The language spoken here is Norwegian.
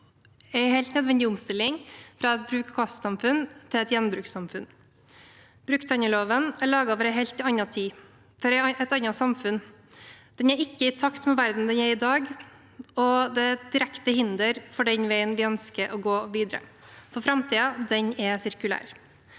en helt nødvendig omstilling fra et bruk-og-kast-samfunn til et gjenbrukssamfunn. Brukthandelloven er laget for en helt annen tid, for et annet samfunn. Den er ikke i takt med verden i dag og er et direkte hinder for den veien vi ønsker å gå videre, for framtiden er sirkulær.